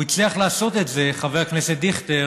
הוא הצליח לעשות את זה, חבר הכנסת דיכטר,